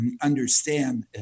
understand